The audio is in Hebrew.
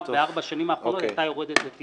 בארבע השנים האחרונות הייתה יורדת לטמיון.